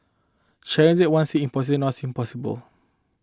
challenge that once seemed impossible now seem possible